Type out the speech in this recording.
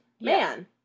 man